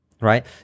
Right